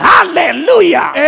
Hallelujah